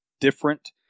different